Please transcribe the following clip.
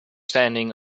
standing